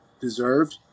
deserved